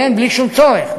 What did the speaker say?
בלי שום צורך.